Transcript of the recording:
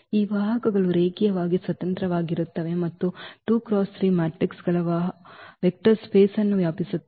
ಈ ವಾಹಕಗಳು ರೇಖೀಯವಾಗಿ ಸ್ವತಂತ್ರವಾಗಿರುತ್ತವೆ ಮತ್ತು 2 × 3 ಮ್ಯಾಟ್ರಿಕ್ಗಳ ವೆಕ್ಟರ್ ಸ್ಪೇಸ್ವನ್ನು ವ್ಯಾಪಿಸುತ್ತವೆ